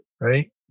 right